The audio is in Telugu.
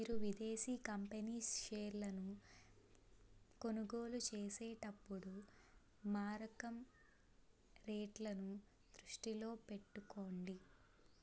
మీరు విదేశీ కంపెనీస్ షేర్లను కొనుగోలు చేసేటప్పుడు మారకం రేట్లను దృష్టిలో పెట్టుకోండి